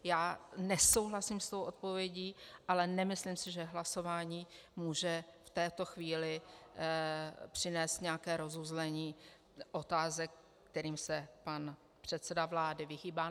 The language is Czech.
Já nesouhlasím s tou odpovědí, ale nemyslím si, že hlasování může v této chvíli přinést nějaké rozuzlení otázek, kterým se pan předseda vlády vyhýbá.